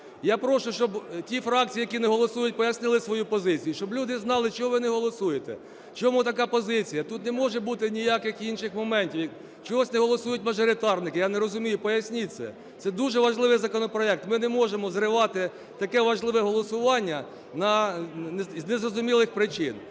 Я прошу, щоб ті фракції, які не голосують, пояснили свою позицію, щоб люди знали, чого ви не голосуєте, чому така позиція. Тут не може бути ніяких інших моментів. Чогось не голосують мажоритарники, я не розумію, поясніть це. Це дуже важливий законопроект. Ми не можемо зривати таке важливе голосування з незрозумілих причин.